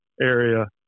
area